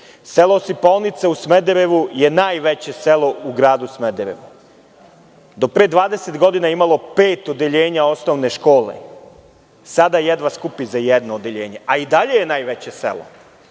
Osipaonica u Smederevu je najveće selo u gradu Smederevu. Do pre 20 godina je imalo pet odeljenja osnovne škole, a sada jedva skupi za jedno odeljenje, a i dalje je najveće selo